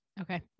Okay